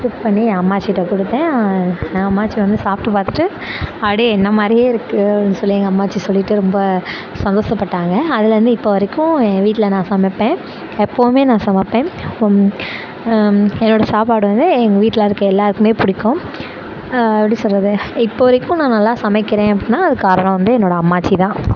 cook பண்ணி அம்மாச்சிகிட்ட கொடுத்தேன் என் அம்மாச்சி வந்து சாப்பிட்டு பார்த்துட்டு அப்படியே என்னை மாதிரியே இருக்குதுனு சொல்லி எங்கள் அம்மாச்சி சொல்லிட்டு ரொம்ப சந்தோஷப்பட்டாங்க அதிலேருந்து இப்போது வரைக்கும் என் வீட்டில் நான் சமைப்பேன் எப்போவுமே நான் சமைப்பேன் அப்புறம் என்னோட சாப்பாடு வந்து எங்கள் வீட்டில் இருக்க எல்லாேருக்குமே பிடிக்கும் எப்படி சொல்வது இப்போது வரைக்கும் நான் நல்லா சமைக்கிறேன் அப்படினா அதுக்கு காரணம் வந்து என்னோட அம்மாச்சி தான்